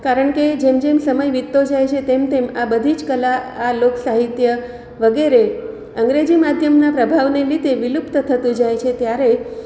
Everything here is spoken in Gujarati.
કારણકે જેમ જેમ સમય વિતતો જાય છે તેમ તેમ આ બધી જ કલા આ લોકસાહિત્ય વગેરે અંગ્રેજી માધ્યમના પ્રભાવને લીધે વિલુપ્ત થતું જાય છે ત્યારે